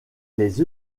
les